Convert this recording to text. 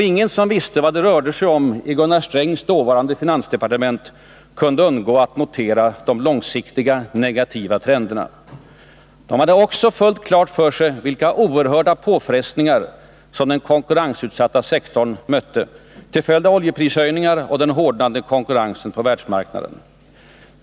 Ingen som visste vad det rörde sig om i Gunnar Strängs dåvarande finansdepartement kunde undgå att notera de långsiktiga, negativa trenderna. De hade också klart för sig vilka oerhörda påfrestningar som den konkurrensutsatta sektorn mötte till följd av oljeprishöjningar och den hårdnande konkurrensen på världsmarknaden.